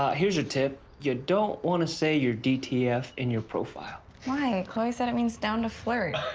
ah here's your tip. you don't wanna say you're dtf in your profile. why? chloe said it means down to flirt.